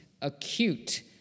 acute